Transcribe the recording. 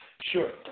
Sure